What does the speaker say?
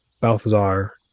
Balthazar